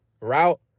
route